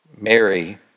Mary